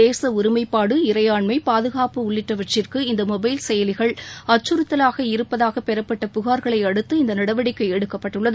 தேச ஒருமைப்பாடு இறையாண்மை பாதுகாப்பு உள்ளிட்டவற்றிற்கு இந்த மொபைல் செயலிகள் அச்சுறத்தலாக இருப்பதாக பெறப்பட்ட புகார்களை அடுத்து இந்த நடவடிக்கை எடுக்கப்பட்டுள்ளது